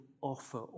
offer